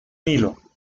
nilo